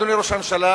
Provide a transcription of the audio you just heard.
אדוני ראש הממשלה,